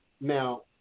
now